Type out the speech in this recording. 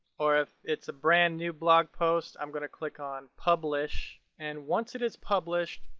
or if it's a brand new blog post i'm gonna click on publish. and once it is published,